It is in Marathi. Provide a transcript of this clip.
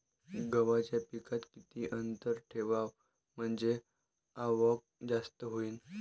गव्हाच्या पिकात किती अंतर ठेवाव म्हनजे आवक जास्त होईन?